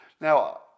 Now